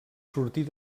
sortir